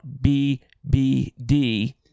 BBD